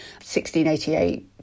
1688